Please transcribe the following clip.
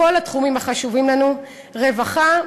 בכל התחומים החשובים לנו: רווחה,